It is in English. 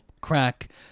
crack